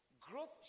growth